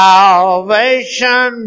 Salvation